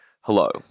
hello